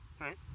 right